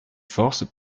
forces